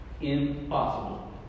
Impossible